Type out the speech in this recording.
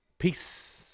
Peace